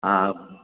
हां